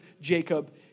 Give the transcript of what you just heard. Jacob